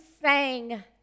sang